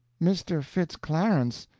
mister fitz clarence!